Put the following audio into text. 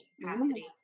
capacity